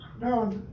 no